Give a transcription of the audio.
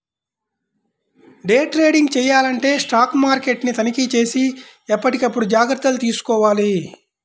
day trading చెయ్యాలంటే stock మార్కెట్ని తనిఖీచేసి ఎప్పటికప్పుడు జాగర్తలు తీసుకోవాలి